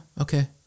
okay